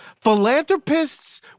Philanthropists